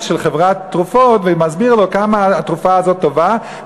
של חברת תרופות והסביר לו כמה התרופה הזאת טובה,